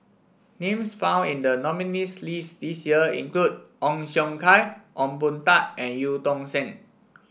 names found in the nominees' list this year include Ong Siong Kai Ong Boon Tat and Eu Tong Sen